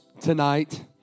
tonight